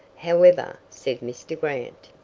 however, said mr. grant.